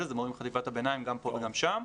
גם פה וגם שם.